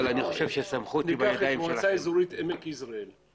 אני חושב שמה שאתה אומר לגבי היעד שלכם בבינוי בתוך הערים,